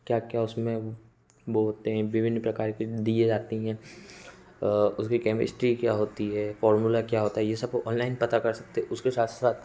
क्या क्या उसमें वो होते हैं विभिन्न प्रकार के दिए जाती हैं उसकी केमिस्ट्री क्या होती है फौर्मुला क्या होता है ये सब ओंलैन पता कर सकते उसके साथ साथ